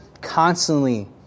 constantly